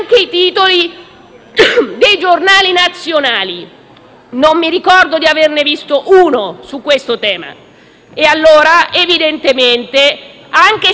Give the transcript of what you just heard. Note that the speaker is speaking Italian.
dei giornali nazionali: non mi ricordo di averne visto uno su questo tema. Quindi, evidentemente, anche se capisco la